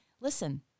listen